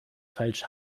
falsch